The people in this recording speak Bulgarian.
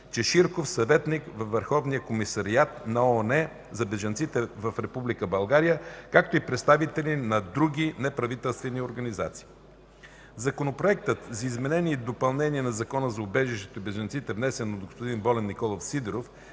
в България на Върховния комисариат на ООН за бежанците, както и представители на други неправителствени организации. Законопроектът за изменение и допълнение на Закона за убежището и бежанците, внесен от Волен Николов Сидеров